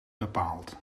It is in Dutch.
bepaald